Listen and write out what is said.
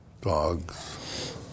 dogs